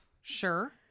sure